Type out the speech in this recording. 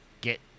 get